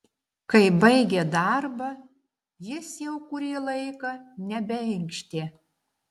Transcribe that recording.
kai baigė darbą jis jau kurį laiką nebeinkštė